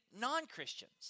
non-Christians